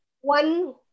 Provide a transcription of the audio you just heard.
one